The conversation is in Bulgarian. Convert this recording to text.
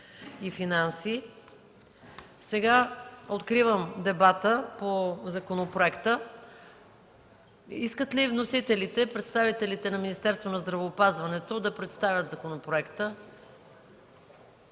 Откривам дебата по законопроекта. Искат ли вносителите – представителите на Министерството на здравеопазването, да представят законопроекта?